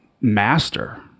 master